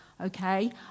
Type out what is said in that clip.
okay